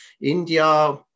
India